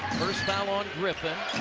first foul on griffin,